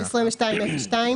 22.02,